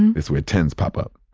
that's where tenz pop up,